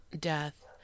death